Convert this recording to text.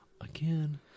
Again